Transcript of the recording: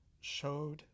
showed